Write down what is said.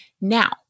Now